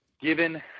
given